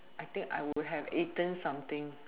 I think I would have eaten something